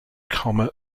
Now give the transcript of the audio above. comma